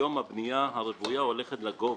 היום הבנייה הרוויה הולכת לגובה.